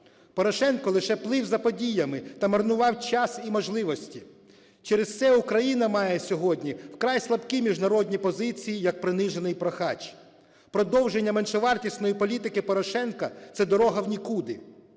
Порошенко лише плив за подіями та марнував час і можливості, через це Україна має сьогодні вкрай слабкі міжнародні позиції, як принижений прохач. Продовження меншовартісної політики Порошенка – це дорога в нік у ди.